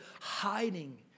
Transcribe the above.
hiding